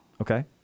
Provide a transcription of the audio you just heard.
Okay